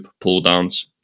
pull-downs